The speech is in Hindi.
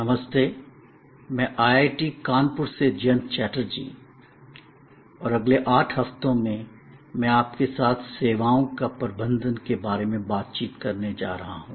नमस्ते मैं आईआईटी कानपुर से जयंत चटर्जी और अगले 8 हफ्तों में मैं आपके साथ सेवाओं का प्रबंधन के बारे में बातचीत करने जा रहा हूं